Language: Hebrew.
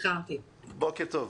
בוקר טוב.